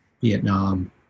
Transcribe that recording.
vietnam